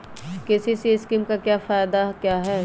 KCC scheme का फायदा क्या है?